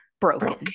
Broken